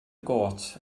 got